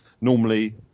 normally